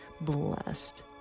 blessed